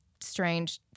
strange